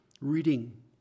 reading